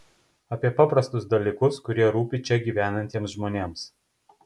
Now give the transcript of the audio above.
apie paprastus dalykus kurie rūpi čia gyvenantiems žmonėms